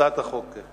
הצעת החוק.